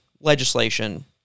legislation